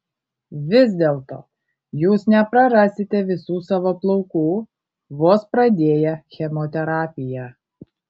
vis dėlto jūs neprarasite visų savo plaukų vos pradėję chemoterapiją